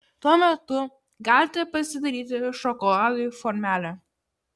tuo metu galite pasidaryti šokoladui formelę